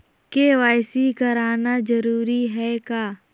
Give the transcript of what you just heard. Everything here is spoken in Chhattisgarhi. के.वाई.सी कराना जरूरी है का?